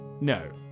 No